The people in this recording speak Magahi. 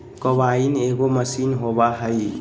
कंबाइन एगो मशीन होबा हइ